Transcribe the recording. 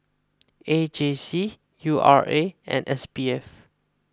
A J C U R A and S B F